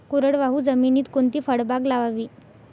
कोरडवाहू जमिनीत कोणती फळबाग लावावी?